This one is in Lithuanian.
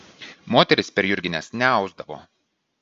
moterys per jurgines neausdavo